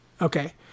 Okay